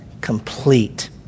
complete